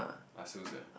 Asus ah